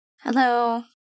Hello